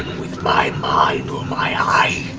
with my mind or my eyes.